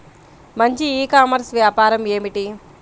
మంచి e commerce వ్యాపారం ఏమిటీ?